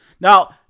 Now